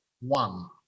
one